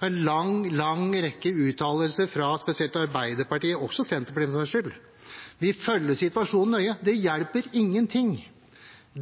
en lang, lang rekke uttalelser fra spesielt Arbeiderpartiet, men også fra Senterpartiet, for den saks skyld. Vi følger situasjonen nøye. Det hjelper ingenting.